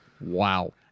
Wow